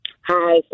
Hi